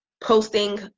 posting